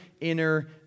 inner